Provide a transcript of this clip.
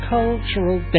Cultural